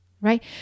Right